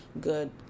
good